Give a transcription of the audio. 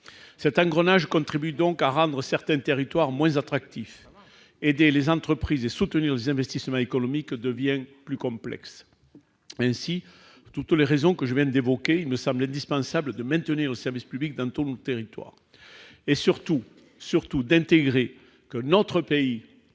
Cet engrenage contribue donc à rendre certains territoires moins attractifs. Aider les entreprises et soutenir les investissements économiques devient alors plus complexe. Pour toutes ces raisons, il me semble indispensable de maintenir le service public dans tous nos territoires ; et, surtout, d'intégrer que notre pays